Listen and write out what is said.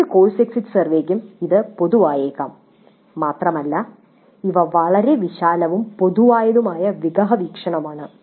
ഏത് course exit സർവേയ്ക്കും ഇത് പൊതുവായേക്കാം മാത്രമല്ല ഇവ വളരെ വിശാലവും പൊതുവായതുമായ വിഹഗവീക്ഷണമാണ്